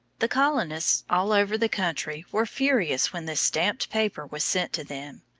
the colonists all over the country were furious when this stamped paper was sent to them.